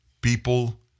People